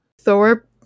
Thor